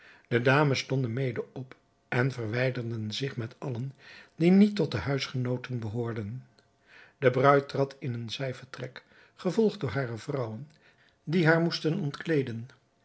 de dames stonden mede op en verwijderden zich met allen die niet tot de huisgenooten behoorden de bruid trad in een zijvertrek gevolgd door hare vrouwen die haar moesten ontkleeden